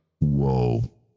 whoa